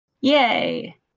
Yay